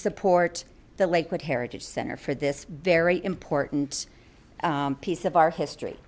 support the lakewood heritage center for this very important piece of our history